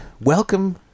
welcome